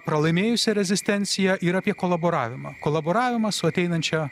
pralaimėjusią rezistenciją ir apie kolaboravimą kolaboravimą su ateinančia